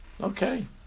Okay